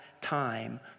time